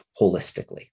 holistically